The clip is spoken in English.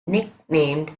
nicknamed